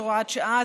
הוראת שעה),